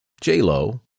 J-Lo